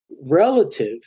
relative